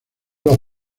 los